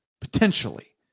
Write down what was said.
potentially